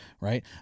Right